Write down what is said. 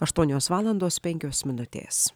aštuonios valandos penkios minutės